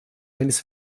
eines